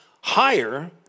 higher